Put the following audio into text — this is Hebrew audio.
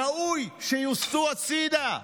ראוי שיוסטו הצידה.